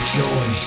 joy